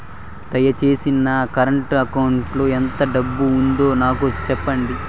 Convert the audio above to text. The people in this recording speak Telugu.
దయచేసి నా కరెంట్ అకౌంట్ లో ఎంత డబ్బు ఉందో నాకు సెప్పండి